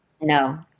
No